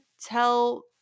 tell